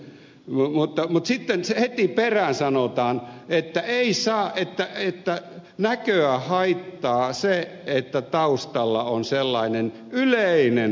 mutta sitten heti perään sanotaan että näköä haittaa se että taustalla on sellainen yleinen huom